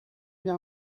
bien